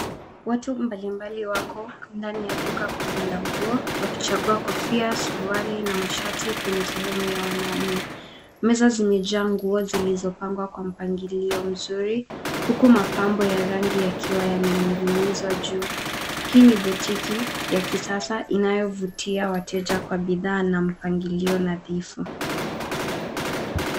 Watu mbalimbali wako ndani ya duka kubwa la nguo wakichagua kofia, suruali, kofia na shati kwenye sehemu ya wanaume. Meza zimejaa nguo zilizopangwa kwa mpagilio mzuri huku mapambo ya rangi yakiwa yamening'inizwa juu. Hii ni botiki ya kisasa inayovutia wateja kwa bidhaa na mpangilio nadhifu.